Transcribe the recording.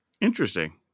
Interesting